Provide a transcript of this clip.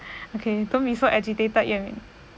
okay don't be so agitated yet